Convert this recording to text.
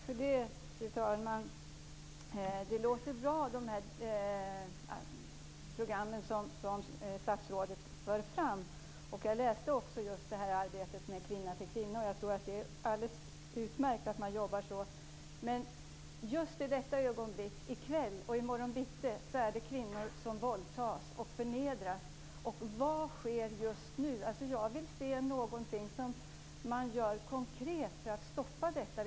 Fru talman! De program som statsrådet för fram låter bra. Jag läste också just om det arbete som utförs av Kvinna till Kvinna. Jag tror att det är utmärkt att man jobbar så. Men just i detta ögonblick, i kväll och i morgon bitti är det kvinnor som våldtas och förnedras. Vad sker just nu? Jag vill se att man gör någonting konkret för att stoppa detta.